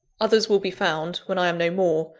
others will be found, when i am no more,